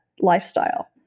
lifestyle